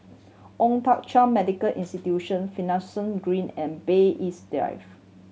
Old Thong Chai Medical Institution Finlayson Green and Bay East Drive